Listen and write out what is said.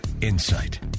insight